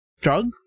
drug